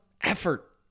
effort